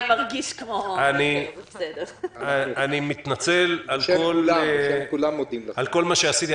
אני מתנצל על כל מה שעשיתי.